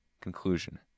conclusion